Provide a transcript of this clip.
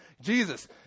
Jesus